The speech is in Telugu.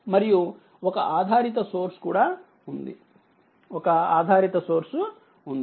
మరియు ఒక ఆధారిత సోర్స్ కూడా ఉంది ఒక ఆధారిత సోర్స్ ఉంది